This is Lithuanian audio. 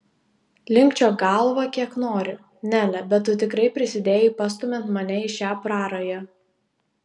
linkčiok galvą kiek nori nele bet tu tikrai prisidėjai pastumiant mane į šią prarają